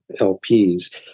LPs